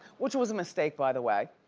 which was a mistake, by the way.